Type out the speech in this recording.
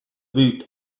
route